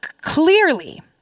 clearly